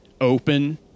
open